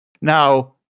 now